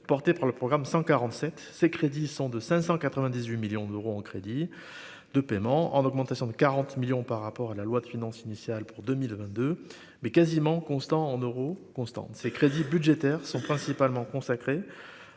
porté par le programme 147 ces crédits sont de 598 millions d'euros en crédits de paiement en augmentation de 40 millions par rapport à la loi de finances initiale pour 2022 mais quasiment constant en euros constants de ces crédits budgétaires sont principalement consacrée